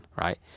right